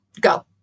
go